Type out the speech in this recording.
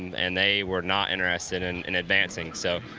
and they were not interested and in advancing. so